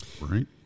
right